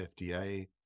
FDA